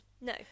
No